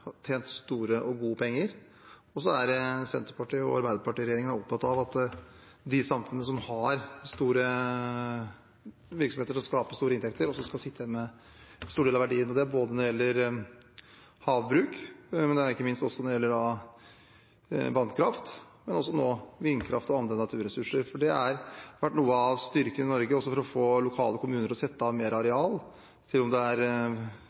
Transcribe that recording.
store virksomheter som skaper store inntekter, også skal sitte igjen med en stor del av verdiene – både når det gjelder havbruk og ikke minst vannkraft, og nå vindkraft og andre naturressurser. For noe av styrken i Norge har vært å få lokale kommuner til å sette av mer areal, om det er